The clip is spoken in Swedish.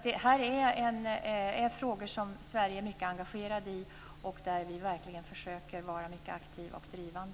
Det här är alltså frågor som Sverige är mycket engagerat i och där vi verkligen försöker verkligen vara mycket aktiva och drivande.